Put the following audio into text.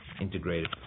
integrated